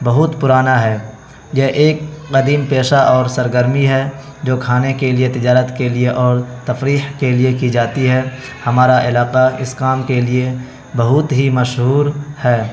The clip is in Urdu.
بہت پرانا ہے یہ ایک قدیم پیشہ اور سرگرمی ہے جو کھانے کے لیے تجارت کے لیے اور تفریح کے لیے کی جاتی ہے ہمارا علاقہ اس کام کے لیے بہت ہی مشہور ہے